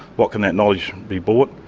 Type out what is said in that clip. what can that knowledge be bought?